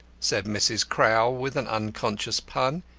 said mrs. crowl, with an unconscious pun.